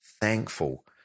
Thankful